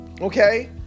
okay